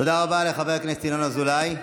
תודה רבה לחבר הכנסת ינון אזולאי.